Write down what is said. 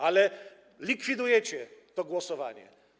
Ale likwidujecie to głosowanie.